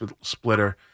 splitter